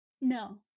No